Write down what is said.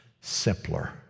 simpler